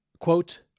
Quote